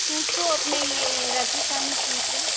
suit तो अपना ये है राजस्थानी सूट है